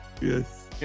Yes